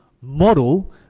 model